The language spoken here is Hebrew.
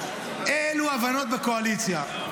אי אלו הבנות בקואליציה.